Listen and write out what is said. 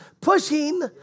pushing